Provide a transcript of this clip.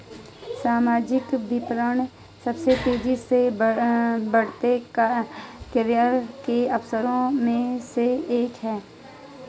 सामाजिक विपणन सबसे तेजी से बढ़ते करियर के अवसरों में से एक है